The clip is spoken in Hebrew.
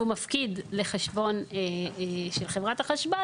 והוא מפקיד לחשבון של חברת החשמל,